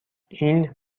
این